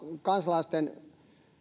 kansalaisten